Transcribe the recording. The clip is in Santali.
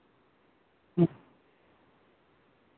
ᱦᱮᱸ